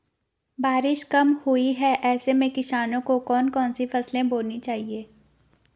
बारिश कम हुई है ऐसे में किसानों को कौन कौन सी फसलें बोनी चाहिए?